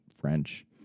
French